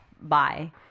bye